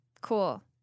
cool